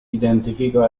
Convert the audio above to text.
identificó